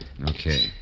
Okay